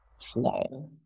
flow